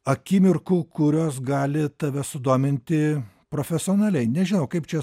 akimirkų kurios gali tave sudominti profesionaliai nežinau kaip čia